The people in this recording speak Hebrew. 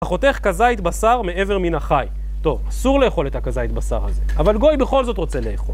חותך כזית בשר מאבר מן החי, טוב אסור לאכול את הכזית בשר הזה, אבל גוי בכל זאת רוצה לאכול.